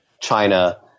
China